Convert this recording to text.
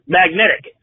magnetic